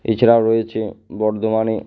এছাড়া রয়েছে বর্ধমানে